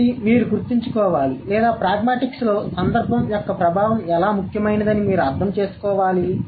కాబట్టి ఇది మీరు గుర్తుంచుకోవాలి లేదా ప్రాగ్మాటిక్స్లో సందర్భం యొక్క ప్రభావం చాలా ముఖ్యమైనదని మీరు అర్థం చేసుకోవాలి